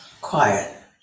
quiet